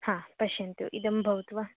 हा पश्यन्तु इदं भवतु वा